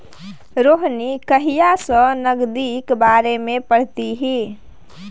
रोहिणी काल्हि सँ नगदीक बारेमे पढ़तीह